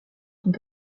sont